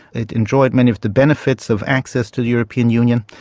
it enjoyed many of the benefits of access to the european union,